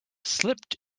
slipped